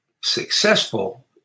successful